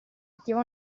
attiva